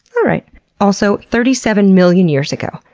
alright. also, thirty seven million years ago,